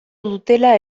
dutela